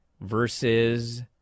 versus